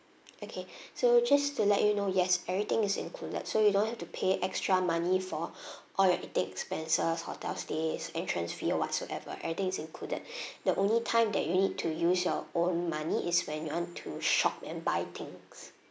okay so just to let you know yes everything is included so you don't have to pay extra money for all your eating expenses hotel stays entrance fee or whatsoever everything is included the only time that you need to use your own money is when you want to shop and buy things